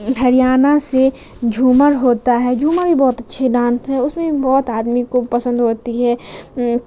ہریانہ سے جھومر ہوتا ہے جھومر بھی بہت اچھے ڈانس ہیں اس میں بہت آدمی کو پسند ہوتی ہے